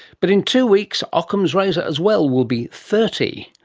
but in two weeks ockham's razor as well will be thirty.